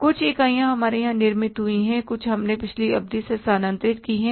कुछ इकाइयाँ हमारे यहाँ निर्मित हुईं और कुछ हमने पिछली अवधि से स्थानांतरित कीं